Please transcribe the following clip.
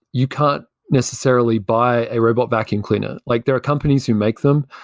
you can't necessarily buy a robot vacuum cleaner. like there are companies who make them,